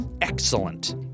Excellent